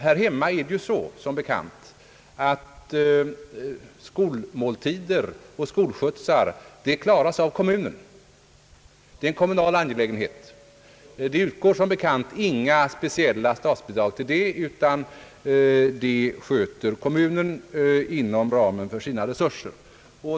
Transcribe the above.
Här hemma är det som bekant så att skolmåltider och skolskjutsar betalas av kommunen. Det är en kommunal angelägenhet. Det utgår som bekant inga speciella statsbidrag härför. Dessa frågor sköter kommunen om inom ramen för sina resurser.